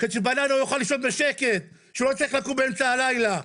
כדי שבלילה הוא יוכל לישון בשקט ולא לקום באמצע הלילה.